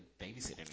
babysitting